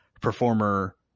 performer